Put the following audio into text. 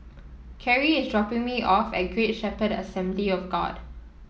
Carry is dropping me off at Great Shepherd Assembly of God